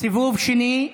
סיבוב שני,